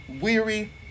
weary